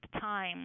time